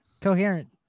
coherent